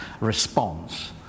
response